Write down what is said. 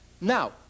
now